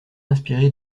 inspiré